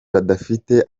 badafite